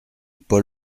paul